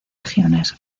regiones